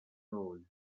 role